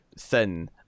thin